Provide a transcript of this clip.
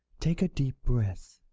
take a deep breath,